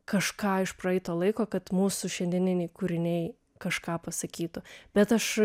kažką iš praeito laiko kad mūsų šiandieniniai kūriniai kažką pasakytų bet aš